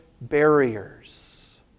barriers